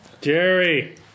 Jerry